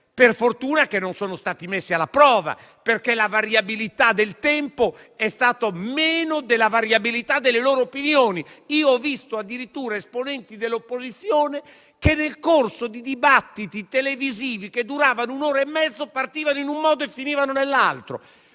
Per fortuna che non sono stati messi alla prova, perché la variabilità del tempo è stata inferiore alla variabilità delle loro opinioni. Personalmente ho sentito addirittura esponenti dell'opposizione che, nel corso di dibattiti televisivi che duravano un'ora e mezza, partivano in un modo e finivano in un altro.